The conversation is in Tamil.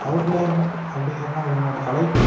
அவுட்லைன் அப்படிங்கிறதலாம் எழுத மாட்டேன் தலைப்பு